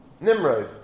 Nimrod